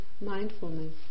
mindfulness